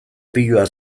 piloa